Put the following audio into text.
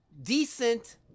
Decent